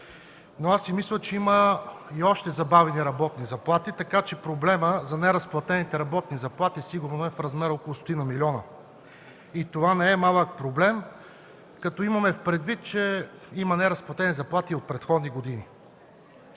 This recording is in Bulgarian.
Мисля си, че има още забавени работни заплати, така че неразплатените работни заплати сигурно са в размер на около стотина милиона. Това не е малък проблем, като имаме предвид, че има неразплатени заплати от предходни години.